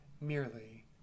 merely